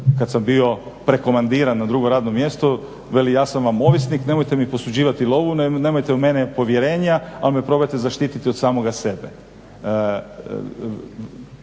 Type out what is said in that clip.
kad sam bio prekomandiran na drugo radno mjesto, veli ja sam vam ovisnik, nemojte mi posuđivati lovu, nemajte u mene povjerenja, ali me probajte zaštititi od samoga sebe.